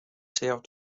served